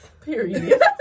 Period